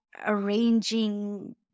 arranging